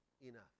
enough